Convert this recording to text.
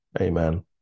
Amen